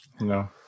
no